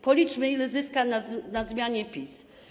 Policzmy, ile zyska na zmianie PiS.